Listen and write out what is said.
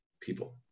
people